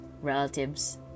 relatives